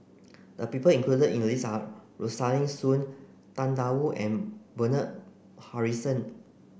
the people included in the list are Rosaline Soon Tang Da Wu and Bernard Harrison